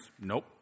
nope